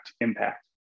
impact